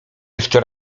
jeszcze